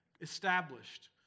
established